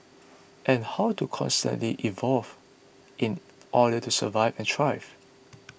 and how to constantly evolve in order to survive and thrive